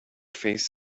face